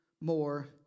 More